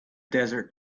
desert